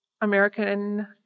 American